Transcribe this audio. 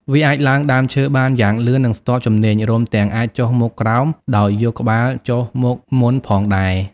វាអាចឡើងដើមឈើបានយ៉ាងលឿន និងស្ទាត់ជំនាញ រួមទាំងអាចចុះមកក្រោមដោយយកក្បាលចុះមកមុនផងដែរ។